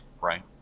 Right